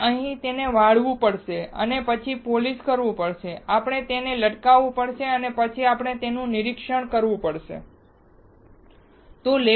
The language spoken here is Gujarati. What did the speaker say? આપણે તેને વાળવું પડશે અને પછી તેને પોલિશ કરવું પડશે આપણે તેને લટકાવવું પડશે અને પછી આપણે તેનું નિરીક્ષણ કરી શકીશું